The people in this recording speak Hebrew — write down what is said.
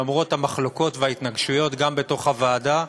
למרות המחלוקות וההתנגשויות גם בתוך הוועדה,